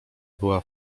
była